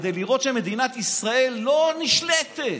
כדי לנראות שמדינת ישראל לא נשלטת.